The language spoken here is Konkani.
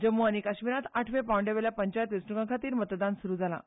जम्मू आनी काश्मीरांत आठव्या पांवड्या वयल्या पंचायत वेंचण्कां खातीर मतदान सुरू जालां